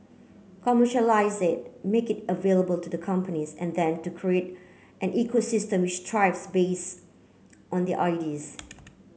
commercialise it make it available to the companies and then to create an ecosystem which thrives base on the ideas